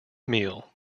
meal